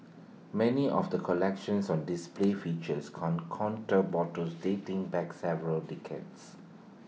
many of the collections on display features can contour bottles dating back several decades